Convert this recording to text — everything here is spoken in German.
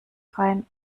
rein